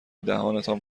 دهانتان